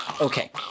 okay